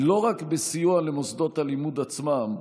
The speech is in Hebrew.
לא רק בסיוע למוסדות הלימוד עצמם,